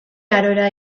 arora